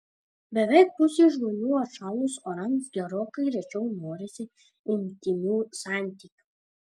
beveik pusei žmonių atšalus orams gerokai rečiau norisi intymių santykių